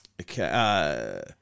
Okay